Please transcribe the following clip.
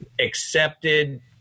accepted